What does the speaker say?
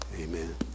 amen